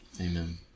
Amen